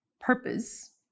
purpose